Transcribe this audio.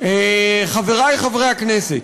חברי חברי הכנסת,